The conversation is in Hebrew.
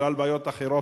בגלל בעיות אחרות,